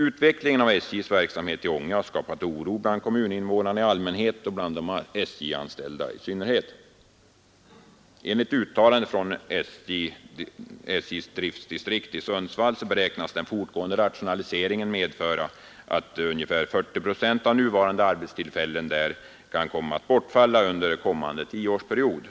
Utvecklingen av SJ:s verksamhet i Ånge har skapat oro bland kommuninvånarna i allmänhet och bland de SJ-anställda i synnerhet. Enligt uttalande från SJ:s driftdistrikt i Sundsvall beräknas den fortgående rationaliseringen medföra att 40 procent av nuvarande arbetstillfällen i Ånge kommer att bortfalla under den kommande tioårsperioden.